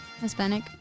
Hispanic